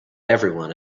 everyone